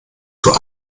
zur